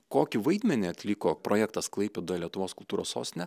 kokį vaidmenį atliko projektas klaipėda lietuvos kultūros sostinė